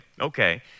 Okay